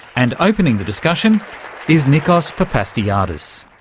and opening the discussion is nikos papastergiadis.